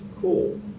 Cool